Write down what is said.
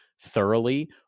thoroughly